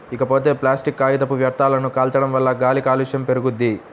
ఇకపోతే ప్లాసిట్ కాగితపు వ్యర్థాలను కాల్చడం వల్ల గాలి కాలుష్యం పెరుగుద్ది